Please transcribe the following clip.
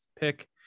pick